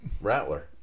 Rattler